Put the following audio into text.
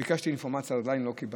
גם ביקשתי אינפורמציה אבל עדיין לא קיבלתי,